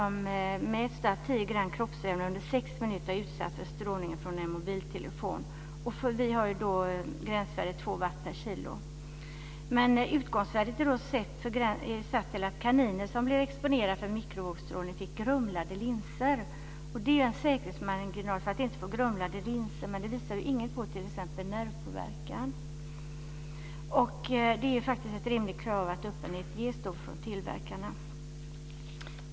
Man mäter värdet på tio gram kroppsvävnad som under sex minuter har utsatts för strålning från en mobiltelefon. Vi har gränsvärdet 2 watt per kilo. Utgångsvärdet för gränsen har satts efter undersökningar med kaniner som blev exponerade för mikrovågsstrålning och som fick grumlade linser. Detta är alltså en säkerhetsmarginal för att man inte ska få grumlade linser, men det påvisar inget vad gäller nervpåverkan. Det är faktiskt ett rimligt krav att öppenhet visas från tillverkarna.